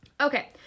Okay